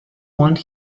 want